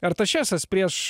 artašesas prieš